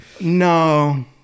no